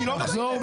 אני לא מבין,